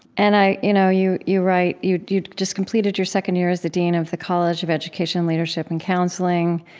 and i you know you you write you'd you'd just completed your second year as the dean of the college of education, leadership and counseling.